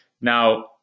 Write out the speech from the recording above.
Now